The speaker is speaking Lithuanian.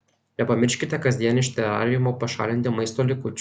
nepamirškite kasdien iš terariumo pašalinti maisto likučių